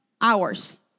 hours